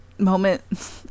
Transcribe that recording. Moment